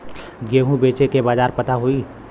गेहूँ बेचे के बाजार पता होई?